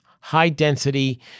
high-density